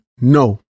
No